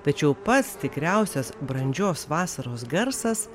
tačiau pats tikriausias brandžios vasaros garsas